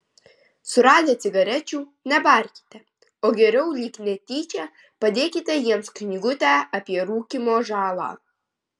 suradę cigarečių nebarkite o geriau lyg netyčia padėkite jiems knygutę apie rūkymo žalą